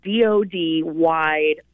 DOD-wide